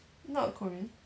not korean